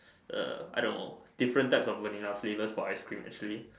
err I don't know different types of Vanilla flavors for ice cream actually